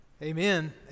Amen